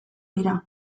dira